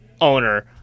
owner